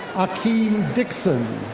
akeem dixon.